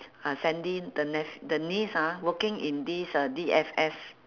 uh sandy the neph~ the niece ah working in this uh D_F_S